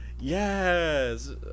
Yes